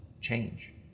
change